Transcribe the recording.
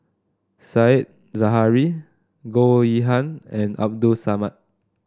Said Zahari Goh Yihan and Abdul Samad